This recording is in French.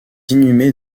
inhumée